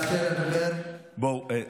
בואו,